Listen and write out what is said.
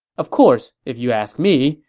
of course, if you ask me,